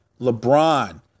LeBron